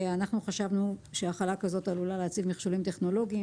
חשבנו שהחלה כזאת עלולה לייצר קשיים טכנולוגיים